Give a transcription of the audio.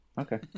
Okay